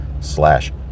slash